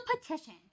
petition